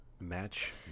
Match